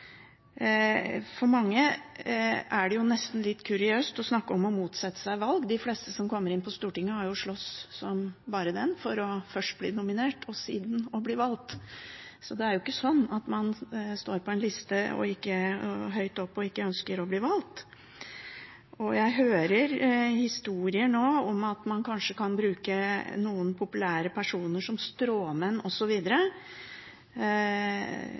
For mange er det nesten litt kuriøst å snakke om å motsette seg valg. De fleste som kommer inn på Stortinget, har jo slåss som bare det for først å bli nominert og siden bli valgt, så det er ikke slik at man står høyt oppe på en liste og ikke ønsker å bli valgt. Jeg hører historier nå om at man kanskje kan bruke noen populære personer som stråmenn,